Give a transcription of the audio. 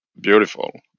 beautiful